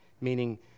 meaning